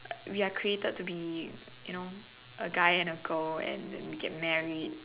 we are created to be you know a guy and a girl and we get married